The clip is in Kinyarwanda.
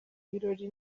birori